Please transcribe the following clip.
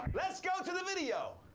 let's go to the video.